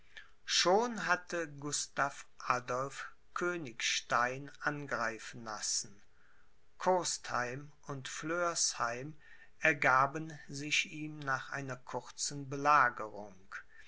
schon hatte gustav adolph königstein angreifen lassen kostheim und flörsheim ergaben sich ihm nach einer kurzen belagerung